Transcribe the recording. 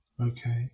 Okay